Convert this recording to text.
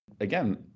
Again